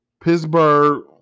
Pittsburgh